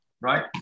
right